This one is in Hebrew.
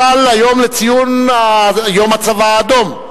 חל יום הצבא האדום,